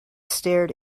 stared